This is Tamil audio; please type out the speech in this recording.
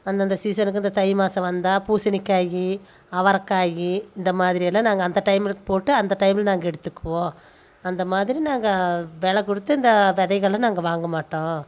அந்தந்த சீசனுக்கு அந்த தை மாதம் வந்தால் பூசணிக்காய் அவரைக்காய் இந்த மாதிரியெல்லாம் நாங்கள் அந்த டைமில் போட்டு அந்த டைமில் நாங்கள் எடுத்துக்குவோம் அந்த மாதிரி நாங்கள் விலை கொடுத்து இந்த விதைகள நாங்கள் வாங்கமாட்டோம்